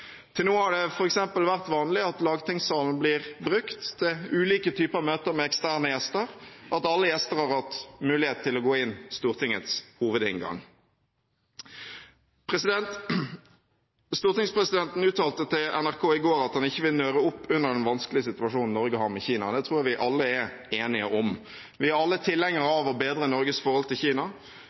Til nå har det f.eks. vært vanlig at lagtingssalen blir brukt til ulike typer møter med eksterne gjester, og at alle gjester har hatt mulighet til å gå inn Stortingets hovedinngang. Stortingspresidenten uttalte til NRK i går at han ikke ville nøre opp under den vanskelige situasjonen Norge har med Kina. Det tror jeg vi alle er enige om. Vi er alle tilhengere av å bedre Norges forhold til Kina.